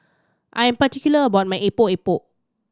I am particular about my Epok Epok